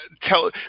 tell